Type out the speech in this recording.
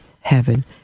heaven